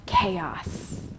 chaos